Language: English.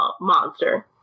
monster